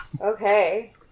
Okay